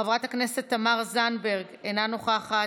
חברת הכנסת תמר זנדברג, אינה נוכחת,